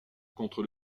contre